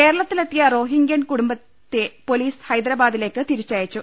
കേരളത്തിലെത്തിയ റോഹിങ്കൃൻ കൂടുംബത്തെ പൊലീസ് ഹൈദരാബാദിലേക്ക് തിരിച്ചയച്ചു